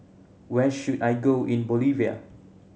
where should I go in Bolivia